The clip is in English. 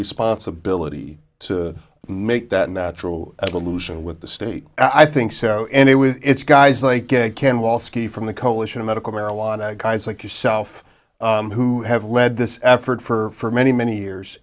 responsibility to make that natural evolution with the state i think and it was it's guys like ken wall ski from the coalition of medical marijuana guys like yourself who have led this effort for many many years